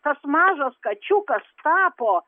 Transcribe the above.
tas mažas kačiukas tapo